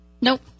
Nope